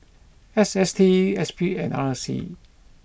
S S T S P and R C